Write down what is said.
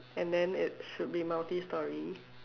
and then it should be multi storey